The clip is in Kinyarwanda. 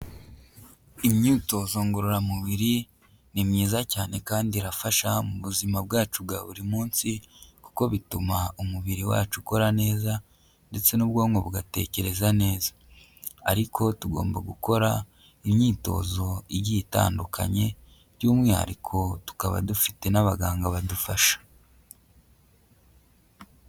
Imyitozo ngororamubiri ni myiza cyane kandi irafasha mu buzima bwacu bwa buri munsi, kuko bituma umubiri wacu ukora neza ndetse n'ubwonko bugatekereza neza, ariko tugomba gukora imyitozo igiye iyitandukanye by'umwihariko tukaba dufite n'abaganga badufasha.